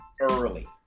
early